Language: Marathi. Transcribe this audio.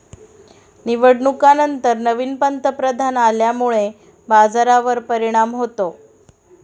निवडणुकांनंतर नवीन पंतप्रधान आल्यामुळे बाजारावर परिणाम होतो